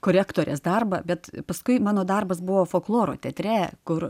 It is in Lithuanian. korektorės darbą bet paskui mano darbas buvo folkloro teatre kur